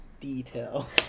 detail